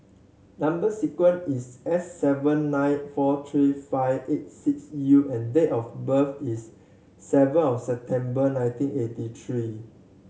number sequence is S seven nine four three five eight six U and date of birth is seven of September nineteen eighty three